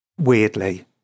Weirdly